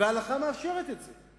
וההלכה מאפשרת את זה.